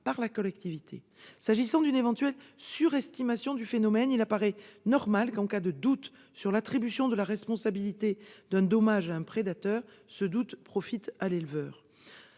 par la collectivité. En ce qui concerne l'éventuelle surestimation du phénomène, il apparaît normal qu'en cas de doute sur l'attribution de la responsabilité d'un dommage à un prédateur, ce doute profite à l'éleveur.